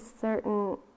certain